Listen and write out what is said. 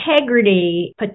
integrity